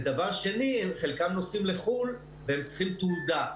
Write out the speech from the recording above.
שנית, חלקם נוסעים לחו"ל והם צריכים תעודה.